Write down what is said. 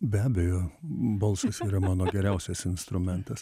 be abejo balsas yra mano geriausias instrumentas